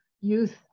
youth